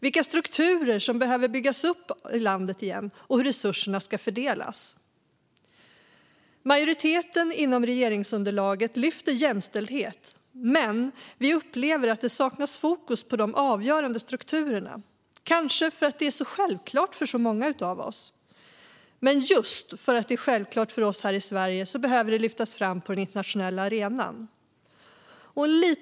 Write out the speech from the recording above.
Vilka strukturer behöver byggas upp i landet igen, och hur ska resurserna fördelas? Majoriteten inom regeringsunderlaget lyfter fram jämställdhet, men vi upplever att det saknas fokus på de avgörande strukturerna - kanske för att det är så självklart för så många av oss. Men just därför att det är självklart för människor här i Sverige behöver det lyftas fram på den internationella arenan.